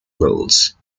roles